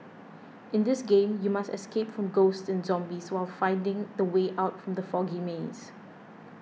in this game you must escape from ghosts and zombies while finding the way out from the foggy maze